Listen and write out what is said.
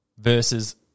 Versus